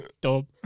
dumb